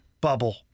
bubble